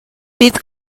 bydd